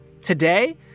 Today